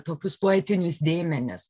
tokius poetinius dėmenis